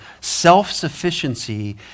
Self-sufficiency